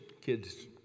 Kids